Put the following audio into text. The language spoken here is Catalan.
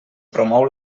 promou